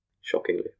Shockingly